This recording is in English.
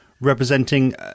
representing